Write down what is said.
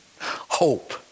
Hope